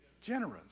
generous